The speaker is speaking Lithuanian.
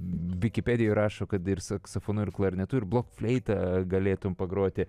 vikipedijoj rašo kad ir saksofonu ir klarnetu ir blok fleita galėtum pagroti